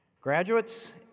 Graduates